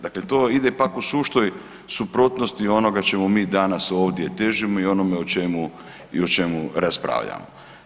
Dakle, to ide pak u suštoj suprotnosti onoga čemu mi danas ovdje težimo i onome o čemu raspravljamo.